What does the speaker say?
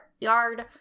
yard